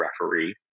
referee